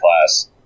class